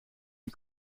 die